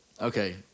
Okay